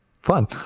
fun